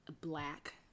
black